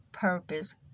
purpose